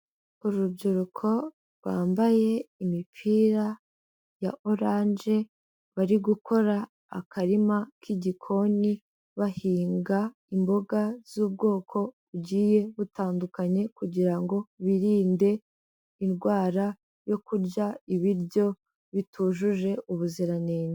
Urubyiruko rwambaye imipira ya oranje bari gukora akarima k'igikoni, bahinga imboga z'ubwoko bugiye butandukanye kugira ngo birinde indwara yo kurya ibiryo bitujuje ubuziranenge.